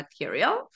material